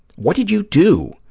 what did you do,